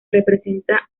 representa